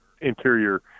interior